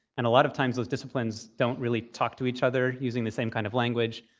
and a lot of times, those disciplines don't really talk to each other using the same kind of language.